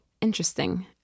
interesting